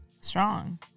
strong